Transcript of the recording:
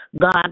God